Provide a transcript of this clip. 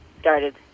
started